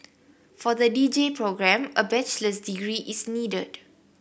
for the D J programme a bachelor's degree is needed